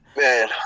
Man